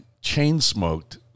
chain-smoked